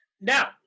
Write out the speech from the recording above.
Now